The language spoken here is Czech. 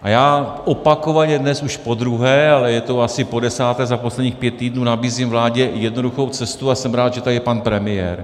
A já opakovaně, dnes už podruhé, ale je to asi podesáté za posledních pět týdnů, nabízím vládě jednoduchou cestu a jsem rád, že tady je pan premiér.